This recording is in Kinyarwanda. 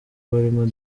barimo